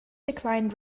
declined